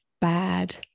bad